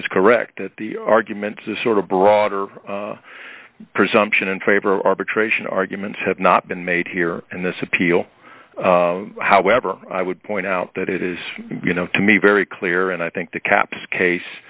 is correct that the argument is a sort of broader presumption in favor arbitration arguments have not been made here and this appeal however i would point out that it is you know to me very clear and i think the caps case